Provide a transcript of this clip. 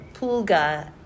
Pulga